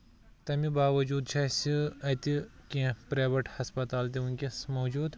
تَمہِ باوجوٗد چھُ اَسہِ اَتہِ کیٚنٛہہ پریویٹ ہسپَتال تہِ ؤنکیٚس موجوٗد